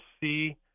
see